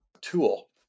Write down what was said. tool